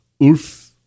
Ulf